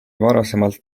varasemalt